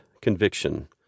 conviction